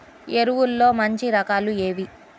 ఎరువుల్లో మంచి రకాలు ఏవి?